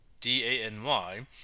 DANY